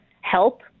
help